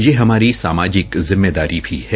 यह हमारी सामाजिक जिम्मेदारी भी है